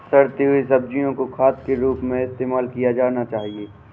सड़ती हुई सब्जियां को खाद के रूप में इस्तेमाल किया जाना चाहिए